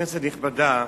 כנסת נכבדה,